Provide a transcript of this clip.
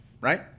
right